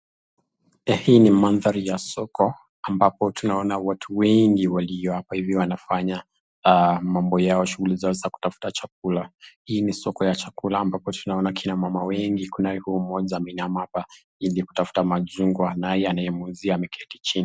Hii ni mandhari ya soko ambapo tunaona watu wengi waliohapa hivi wanafanya mambo yao shughuli zao za kutafuta chakula. Hii ni soko ya chakula ambapo tunaona kina mama wengi kunaye mmoja ameinama hapa ili kutafuta machungwa naye anayemuuzia ameketi chini.